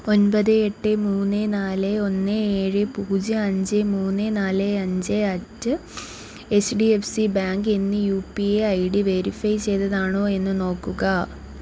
ഒമ്പത് എട്ട് മൂന്ന് നാല് ഒന്ന് ഏഴ് പൂജ്യം അഞ്ച് മൂന്ന് നാല് അഞ്ച് at H D F C bank എന്ന U P I I D verify ചെയ്തതാണോ എന്ന് നോക്കുക